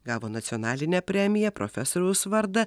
gavo nacionalinę premiją profesoriaus vardą